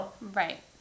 Right